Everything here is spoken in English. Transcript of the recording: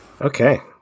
Okay